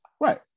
right